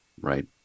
right